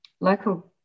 Local